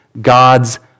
God's